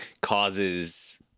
causes